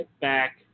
back